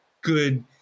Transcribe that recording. good